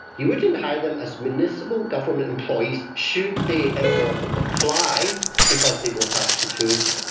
he wouldn't hire them as municipal government employees should they ever apply because they both had tattoos.